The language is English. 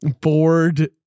bored